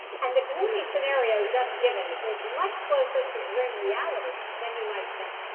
and the gloomy scenario just given is much closer to grim reality than you might think